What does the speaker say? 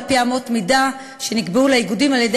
על-פי אמות מידה שנקבעו לאיגודים על-ידי